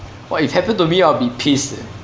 !wah! if happened to me I will be pissed eh